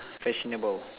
fashionable